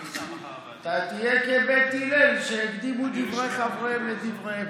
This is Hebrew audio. תהיה כבית הלל, שהקדימו דברי חבריהם לדבריהם.